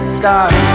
start